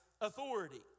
authority